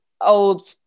old